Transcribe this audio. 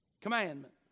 Commandment